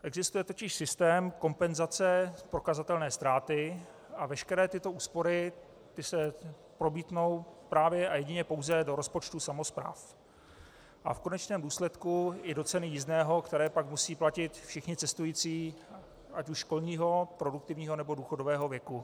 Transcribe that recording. Existuje totiž systém kompenzace prokazatelné ztráty a veškeré tyto úspory se promítnou právě a jedině pouze do rozpočtů samospráv a v konečném důsledku i do ceny jízdného, které pak musí platit všichni cestující, ať už školního, produktivního nebo důchodového věku.